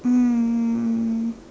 um